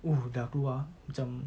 !woo! dah keluar macam